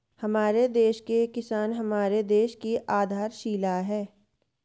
हमारे देश के किसान हमारे देश की आधारशिला है